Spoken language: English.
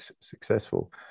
successful